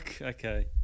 Okay